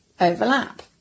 overlap